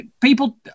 people